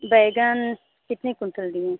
बैंगन कितने कुंटल दिए